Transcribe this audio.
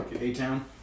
A-Town